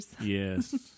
Yes